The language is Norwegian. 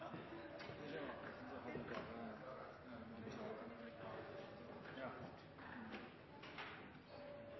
skal skje